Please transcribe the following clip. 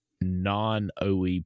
non-OE